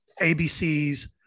ABC's